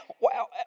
wow